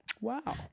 Wow